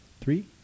three